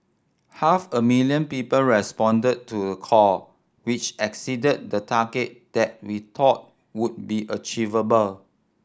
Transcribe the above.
half a million people responded to the call which exceeded the target that we thought would be achievable